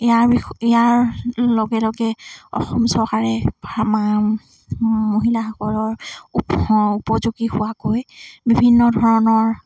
ইয়াৰ বিষ ইয়াৰ লগে লগে অসম চৰকাৰে মহিলাসকলৰ উপযোগী হোৱাকৈ বিভিন্ন ধৰণৰ